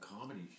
comedy